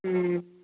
हम्म